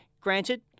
granted